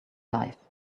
life